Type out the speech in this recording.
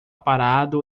parado